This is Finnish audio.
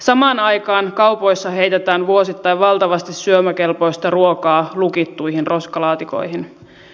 samaan aikaan kaupoissa heitetään vuosittain valtavasti syömäkelpoista ruokaa lukittuihin roskalaatikoihin